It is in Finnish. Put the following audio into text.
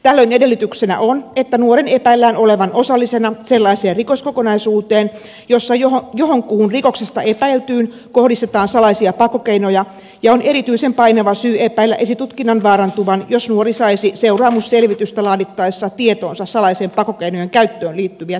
tällöin edellytyksenä on että nuoren epäillään olevan osallisena sellaiseen rikoskokonaisuuteen jossa johonkuhun rikoksesta epäiltyyn kohdistetaan salaisia pakkokeinoja ja on erityisen painava syy epäillä esitutkinnan vaarantuvan jos nuori saisi seuraamusselvitystä laadittaessa tietoonsa salaisien pakkokeinojen käyttöön liittyviä tietoja